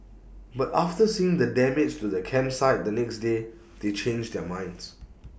but after seeing the damage to the campsite the next day they changed their minds